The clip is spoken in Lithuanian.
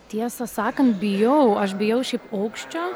tiesą sakant bijau aš bijau šiaip aukščio